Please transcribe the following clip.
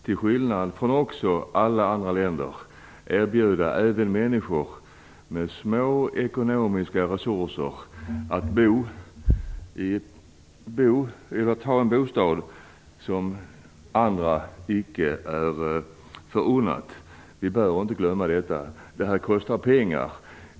Till skillnad från vad som är fallet i alla andra länder kan vi erbjuda även människor med små ekonomiska resurser möjlighet att ta en bra bostad. Vi bör inte glömma detta. Detta kostar pengar.